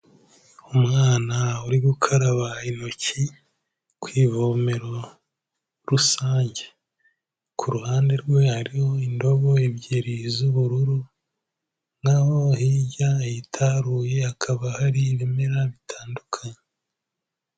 Umwana uri gukaraba intoki ku ivomero rusange, ku ruhande rwe hariho indobo ebyiri z'ubururu, na ho hirya hitaruye hakaba hari ibimera bitandukanye.